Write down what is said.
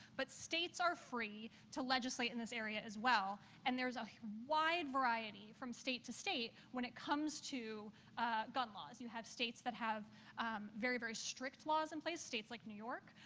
but states are free to legislate in this area, as well, and there's a wide variety from state to state when it comes to gun laws. you have states that have very, very strict laws in place, states like new york,